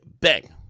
bang